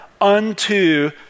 unto